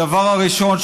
הדבר הראשון,